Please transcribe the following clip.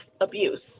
abuse